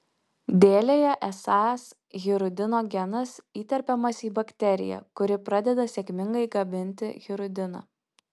dėlėje esąs hirudino genas įterpiamas į bakteriją kuri pradeda sėkmingai gaminti hirudiną